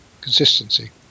consistency